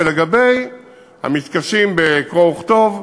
ולגבי המתקשים בקרוא וכתוב,